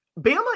Bama